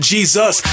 Jesus